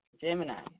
Gemini